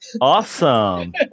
Awesome